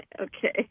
Okay